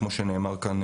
כמו שנאמר כאן,